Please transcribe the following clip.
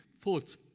thoughts